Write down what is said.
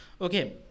Okay